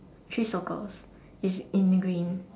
three circles it's in green